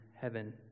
heaven